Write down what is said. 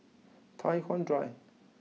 Tai Hwan Drive